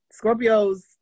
Scorpios